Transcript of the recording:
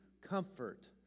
comfort